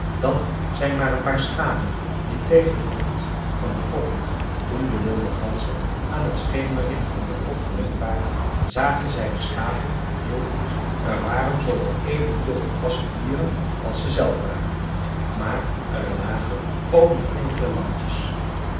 dat zijn maar een paar schapen die tegen den wand van de grot liggen toen de wilde ganzen aan het schemerlicht in de grot gewend waren zagen zij de schapen heel goed er waren zoowat even veel volwassen dieren als ze zelf waren maar er lagen ook nog enkele lammetjes